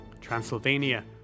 Transylvania